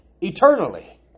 eternally